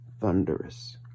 thunderous